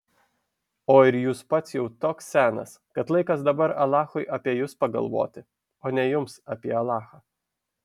o ir jūs pats jau toks senas kad laikas dabar alachui apie jus pagalvoti o ne jums apie alachą